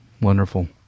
Wonderful